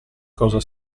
cosa